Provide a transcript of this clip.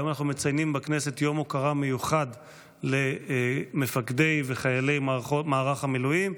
היום אנחנו מציינים בכנסת יום הוקרה מיוחד למפקדי וחיילי מערך המילואים,